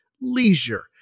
leisure